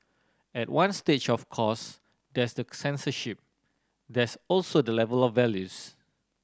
at one stage of course there's the censorship there's also the level of values